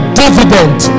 dividend